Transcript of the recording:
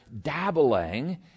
dabbling